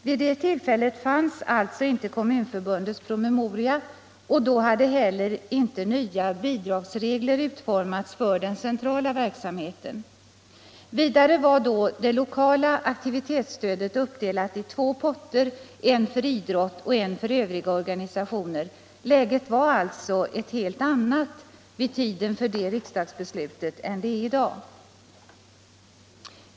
Vid det tillfället fanns alltså inte Kommunförbundets promemoria, och då hade heller inte nya bidragsregler utformats för den centrala verksamheten. Vidare var då det lokala aktivitetsstödet uppdelat i två potter, en för idrott och en för övriga organisationer. Läget var alltså ett helt annat vid tiden för riksdagsbeslutet än det är i dag.